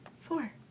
four